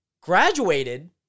graduated